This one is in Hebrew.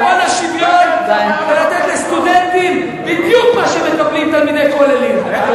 ולתת לסטודנטים בדיוק מה שמקבלים תלמידי כוללים.